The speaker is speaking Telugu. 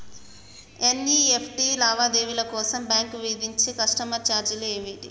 ఎన్.ఇ.ఎఫ్.టి లావాదేవీల కోసం బ్యాంక్ విధించే కస్టమర్ ఛార్జీలు ఏమిటి?